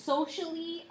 Socially